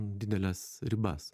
dideles ribas